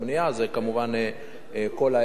זה, כמובן, כל ההיבטים.